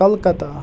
Kolkata